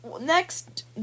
Next